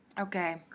Okay